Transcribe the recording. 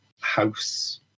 house